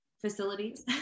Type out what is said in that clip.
facilities